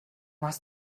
hast